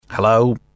Hello